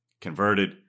converted